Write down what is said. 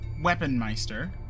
weaponmeister